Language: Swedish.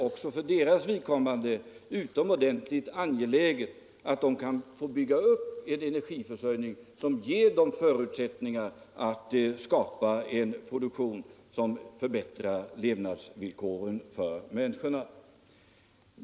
Också för deras vidkommande är det således utomordentligt angeläget att få bygga upp en energiförsörjning som ger dem förutsättningar att skapa en produktion som förbättrar levnadsvillkoren för människorna.